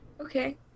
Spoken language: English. Okay